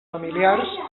familiars